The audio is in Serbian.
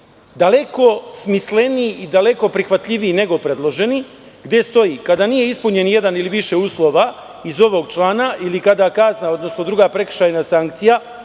daleko smisleniji i daleko prihvatljiviji nego predloženi, gde stoji – kada nije ispunjen jedan ili više uslova iz ovog člana, ili kada kazna, odnosno druga prekršajna sankcija,